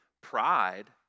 pride